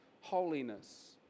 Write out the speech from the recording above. Holiness